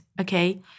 okay